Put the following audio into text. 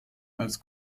als